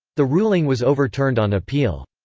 the ruling was overturned on appeal.